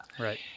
Right